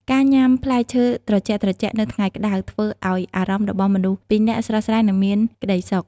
ការញ៉ាំផ្លែឈើត្រជាក់ៗនៅថ្ងៃក្ដៅ ធ្វើឱ្យអារម្មណ៍របស់មនុស្សពីរនាក់ស្រស់ស្រាយ និងមានក្ដីសុខ។